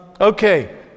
Okay